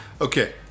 Okay